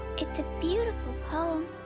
it's a beautiful poem.